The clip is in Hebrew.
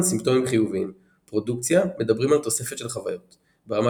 סימפטומים חיוביים "פרודוקציה" מדברים על תוספת של חוויות ברמה